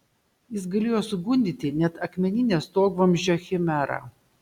jis galėjo sugundyti net akmeninę stogvamzdžio chimerą